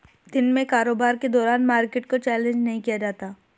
दिन में कारोबार के दौरान मार्केट को चैलेंज नहीं किया जाता